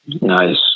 nice